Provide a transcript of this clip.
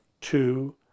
two